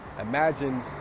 imagine